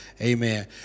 Amen